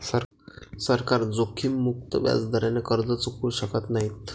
सरकार जोखीममुक्त व्याजदराने कर्ज चुकवू शकत नाही